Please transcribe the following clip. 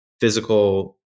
physical